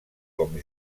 com